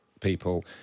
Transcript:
people